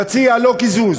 נציע לו קיזוז.